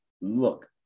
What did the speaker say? look